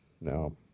No